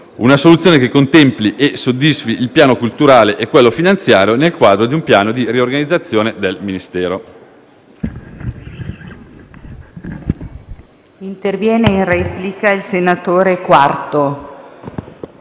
una soluzione che contemperi e soddisfi il piano culturale e quello finanziario nel quadro di un piano di riorganizzazione del Ministero.